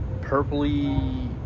purpley